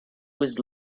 was